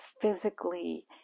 physically